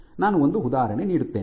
ನಾನು ಒಂದು ಉದಾಹರಣೆ ನೀಡುತ್ತೇನೆ